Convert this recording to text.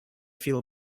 feel